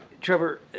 Trevor